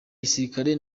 gisirikare